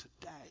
today